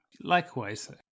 Likewise